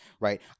right